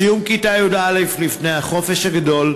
בסיום כיתה י"א, לפני החופש הגדול,